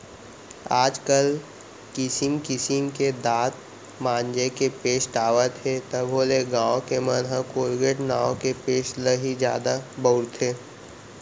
आज काल किसिम किसिम के दांत मांजे के पेस्ट आवत हे तभो ले गॉंव के मन ह कोलगेट नांव के पेस्ट ल ही जादा बउरथे